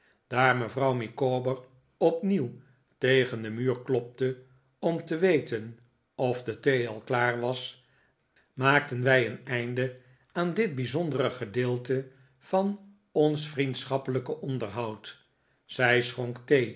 daar mevrouw micawber opnieuw tegen den muur klopte om te weten of de thee al klaar was maakten wij een einde aan dit bijzondere gedeelte van ons vriendschappelijke onderhoud zij schonk